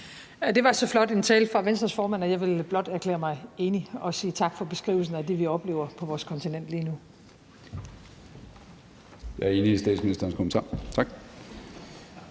Det var så flot en tale fra Venstres formand, og jeg vil blot erklære mig enig og sige tak for beskrivelsen af det, vi oplever på vores kontinent lige nu.